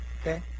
Okay